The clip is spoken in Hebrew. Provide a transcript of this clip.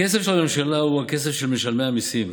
הכסף של הממשלה הוא הכסף של משלמי המיסים,